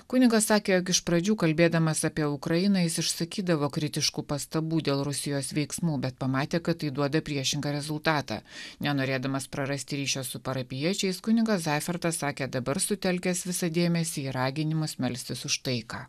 kunigas sakė jog iš pradžių kalbėdamas apie ukrainą jis išsakydavo kritiškų pastabų dėl rusijos veiksmų bet pamatė kad tai duoda priešingą rezultatą nenorėdamas prarasti ryšio su parapijiečiais kunigas zaifertas sakė dabar sutelkęs visą dėmesį į raginimus melstis už taiką